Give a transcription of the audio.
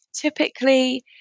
Typically